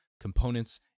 components